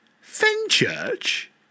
Fenchurch